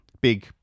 big